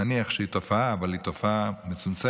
נניח שהיא תופעה, אבל היא תופעה מצומצמת,